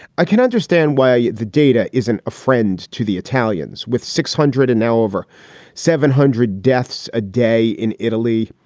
i can understand why yeah the data isn't a friend to the italians with six hundred and now over seven hundred deaths a day in italy.